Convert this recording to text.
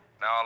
Now